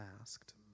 asked